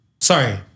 Sorry